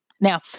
Now